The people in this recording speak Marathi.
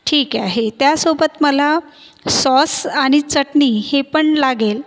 ठीक आहे त्यासोबत मला सॉस आणि चटणी हे पण लागेल